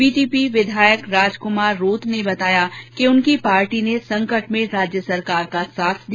BTP विधायक राजक्मार रोत ने बताया कि उनकी पार्टी ने संकट में राज्य सरकार का साथ दिया